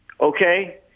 okay